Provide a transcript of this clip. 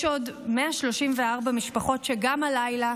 יש עוד 134 משפחות שגם הלילה